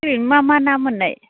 मा मा ना मोननाय